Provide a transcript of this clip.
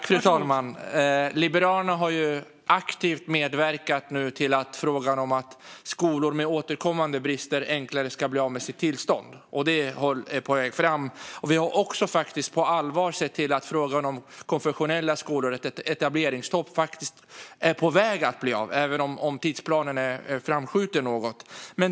Fru talman! Liberalerna har aktivt medverkat till att skolor med återkommande brister enklare ska bli av med sitt tillstånd. Detta är nu på väg fram. Vi har också på allvar sett till att ett etableringsstopp för konfessionella skolor faktiskt är på väg att bli av, även om tidsplanen är framskjuten något.